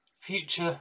future